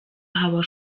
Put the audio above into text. haba